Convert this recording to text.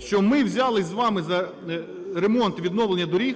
що ми взялись з вами за ремонт і відновлення доріг